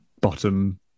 bottom